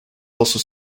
also